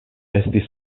estis